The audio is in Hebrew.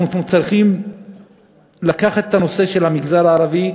אנחנו צריכים לקחת את הנושא של המגזר הערבי,